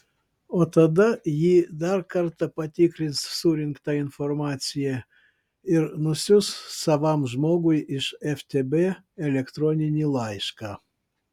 o tada ji dar kartą patikrins surinktą informaciją ir nusiųs savam žmogui iš ftb elektroninį laišką